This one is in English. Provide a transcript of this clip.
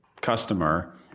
customer